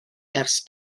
ers